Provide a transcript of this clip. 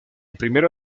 primera